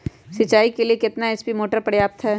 सिंचाई के लिए कितना एच.पी मोटर पर्याप्त है?